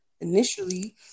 initially